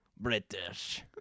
British